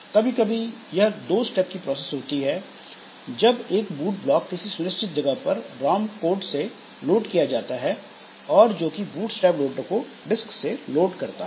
कभी कभी यह 2 स्टेप की प्रोसेस होती है जब एक बूट ब्लॉक किसी सुनिश्चित जगह पर रॉम कोड से लोड किया जाता है और जो कि बूटस्ट्रैप लोडर को डिस्क से लोड करता है